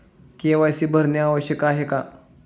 KYC भरणे आवश्यक आहे का?